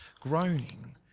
groaning